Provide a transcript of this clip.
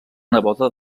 neboda